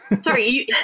Sorry